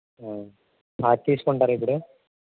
cloth తీసుకుంటారా ఇప్పుడు